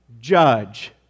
judge